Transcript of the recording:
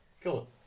Cool